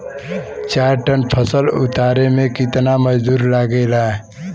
चार टन फसल उतारे में कितना मजदूरी लागेला?